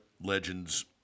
Legends